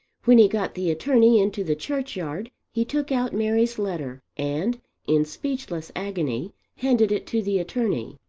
when he got the attorney into the churchyard he took out mary's letter and in speechless agony handed it to the attorney.